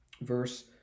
verse